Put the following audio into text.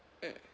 mm